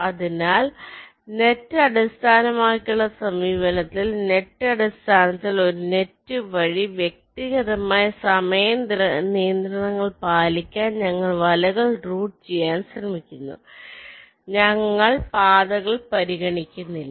അതിനാൽ നെറ്റ് അടിസ്ഥാനമാക്കിയുള്ള സമീപനത്തിൽ നെറ്റ് അടിസ്ഥാനത്തിൽ ഒരു നെറ്റ് വഴി വ്യക്തിഗതമായി സമയ നിയന്ത്രണങ്ങൾ പാലിക്കാൻ ഞങ്ങൾ വലകൾ റൂട്ട് ചെയ്യാൻ ശ്രമിക്കുന്നു ഞങ്ങൾ പാതകൾ പരിഗണിക്കുന്നില്ല